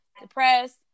depressed